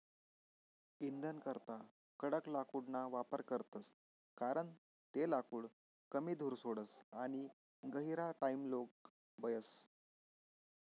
इंधनकरता कडक लाकूडना वापर करतस कारण ते लाकूड कमी धूर सोडस आणि गहिरा टाइमलोग बयस